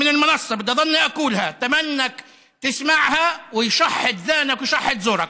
מכאן מהבמה אני ממשיך ואומר זאת עד שיהיה לך לזרא.